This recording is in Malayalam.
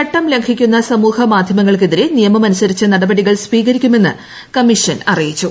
ചട്ടം ലംഘിക്കുന്ന സമൂഹ മാധ്യമങ്ങൾക്കെതിരെ നിയമമനുസരിച്ച് നടപടികൾ സ്വീകരിക്കുമെന്ന് കമ്മീഷൻ അറിയിച്ചു